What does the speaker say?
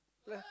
like